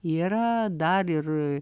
yra dar ir